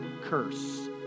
curse